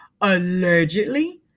allegedly